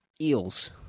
eels